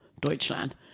Deutschland